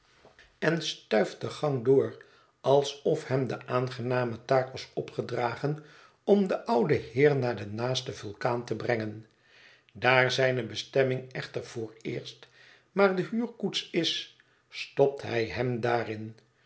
en stuift den gang door alsof hem de aangename taak was opgedragen om den ouden heer naar den naasten vulkaan te brengen daar zijne bestemming echter vooreerst maar de huurkoets is stopt hij hem daarin